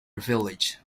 village